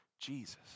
Jesus